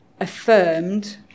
affirmed